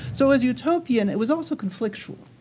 so as utopian, it was also conflictual.